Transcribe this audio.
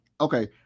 Okay